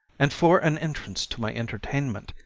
and, for an entrance to my entertainment,